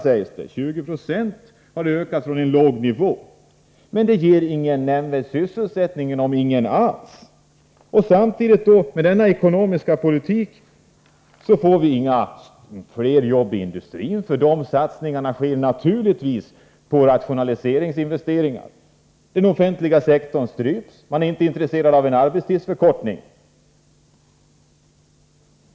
De har ökat med 2096 från en låg nivå. Men det ger ingen nämnvärd sysselsättning, om ens någon. Samtidigt som denna ekonomiska politik förs får vi inga fler jobb i industrin, eftersom de satsningar som där görs naturligtvis är rationaliseringsinvesteringar. Den offentliga sektorn stryps. Man är inte intresserad av en arbetstidsförkortning.